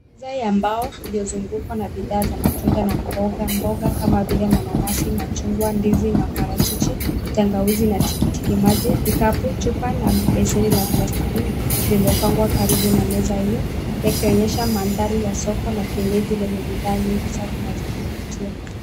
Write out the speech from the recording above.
Meza ya mbao iliozunguwa na bidhaa za matunda na mboga mboga kama vile, mananasi, machungwa, ndizi, maparachichi, tangawizi na tikitiki maji, vikapu chupa na besheni za plastiki vimepangwa karibu na meza hiyo yakionyesha mandhari ya soko la kienyeji lenye bidhaa nyingi safi na za kuvutia.